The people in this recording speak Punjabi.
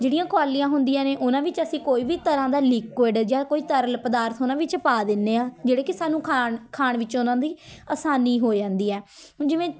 ਜਿਹੜੀਆਂ ਕੋਲੀਆਂ ਹੁੰਦੀਆਂ ਨੇ ਉਹਨਾਂ ਵਿੱਚ ਅਸੀਂ ਕੋਈ ਵੀ ਤਰ੍ਹਾਂ ਦਾ ਲੀਕੁਅਡ ਜਾਂ ਕੋਈ ਤਰਲ ਪਦਾਰਥ ਉਨ੍ਹਾਂ ਵਿੱਚ ਪਾ ਦਿੰਦੇ ਹਾਂ ਜਿਹੜੇ ਕਿ ਸਾਨੂੰ ਖਾਣ ਖਾਣ ਵਿੱਚ ਉਹਨਾਂ ਦੀ ਅਸਾਨੀ ਹੋ ਜਾਂਦੀ ਹੈ ਹੁਣ ਜਿਵੇਂ